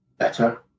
better